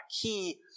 key